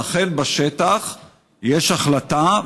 ואכן בשטח יש החלטה,